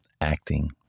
acting